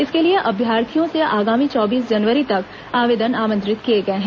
इसके लिए अभ्यर्थियों से आगामी चौबीस जनवरी तक आवेदन आमंत्रित किया गया है